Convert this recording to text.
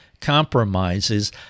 compromises